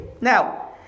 now